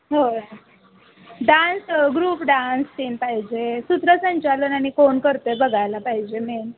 हो dance group dance तीन पाहिजे सूत्रसंचालन आणि कोण करते बघायला पाहिजे मेन